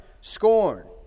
Scorn